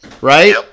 right